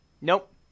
Nope